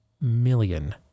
million